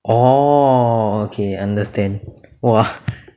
orh okay understand !wah!